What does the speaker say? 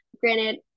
Granted